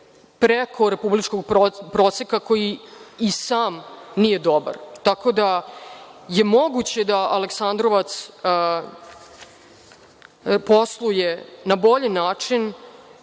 preko republičkog proseka koji i sam nije dobar, tako da je moguće da Aleksandrovac posluje na bolji način